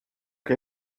que